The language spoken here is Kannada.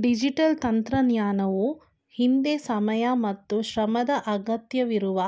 ಡಿಜಿಟಲ್ ತಂತ್ರಜ್ಞಾನವು ಹಿಂದೆ ಸಮಯ ಮತ್ತು ಶ್ರಮದ ಅಗತ್ಯವಿರುವ